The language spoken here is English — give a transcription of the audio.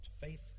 faith